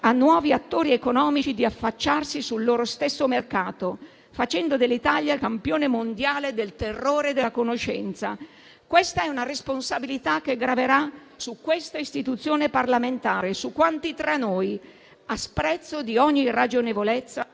a nuovi attori economici di affacciarsi sul loro stesso mercato, facendo dell'Italia il campione mondiale del terrore della conoscenza. Questa è una responsabilità che graverà su questa istituzione parlamentare e su quanti tra noi, a sprezzo di ogni ragionevolezza